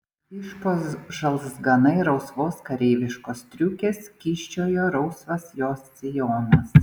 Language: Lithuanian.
iš po žalzganai rusvos kareiviškos striukės kyščiojo rausvas jos sijonas